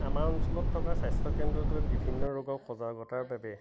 আমাৰ অঞ্চলত থকা স্বাস্থ্যকেন্দ্ৰটোৱে বিভিন্ন ৰোগৰ সজাগতাৰ বাবে